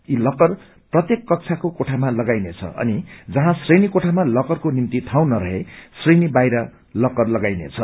यी लकर प्रत्येक कक्षाको कोठामा लगाइनेछ अनि जहौँ श्रेणी कोठामा लकरको निम्ति ठाउँ नरहे श्रेणी याहिर लकर लगाइनेछ